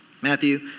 Matthew